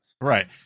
Right